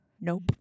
nope